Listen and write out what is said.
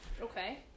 Okay